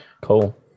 Cool